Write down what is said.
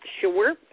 sure